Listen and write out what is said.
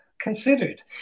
considered